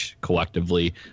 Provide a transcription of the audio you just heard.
collectively